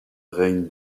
règne